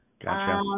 Gotcha